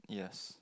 yes